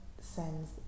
sends